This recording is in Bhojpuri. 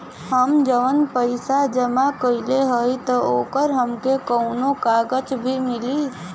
हम जवन पैसा जमा कइले हई त ओकर हमके कौनो कागज भी मिली?